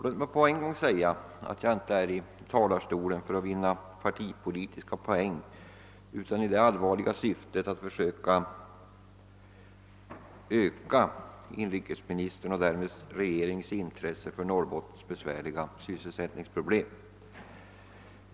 Låt mig också från början säga att jag inte tagit upp denna sak för att vinna partipolitiska poäng utan i det allvarliga syftet att försöka öka inrikesministerns och därmed regeringens intresse för Norrbottens besvärliga sysselsättningsproblem.